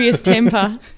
temper